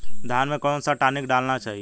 धान में कौन सा टॉनिक डालना चाहिए?